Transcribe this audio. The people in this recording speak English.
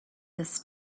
this